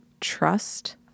trust